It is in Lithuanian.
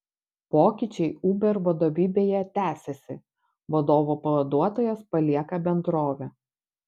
pokyčiai uber vadovybėje tęsiasi vadovo pavaduotojas palieka bendrovę